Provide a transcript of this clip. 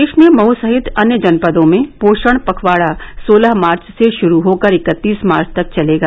प्रदेश में मऊ सहित अन्य जनपदों में पोषण पखवाड़ा सोलह मार्च से शुरु होकर इकतीस मार्च तक चलेगा